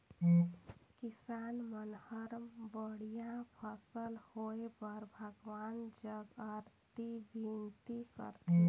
किसान मन हर बड़िया फसल होए बर भगवान जग अरती बिनती करथे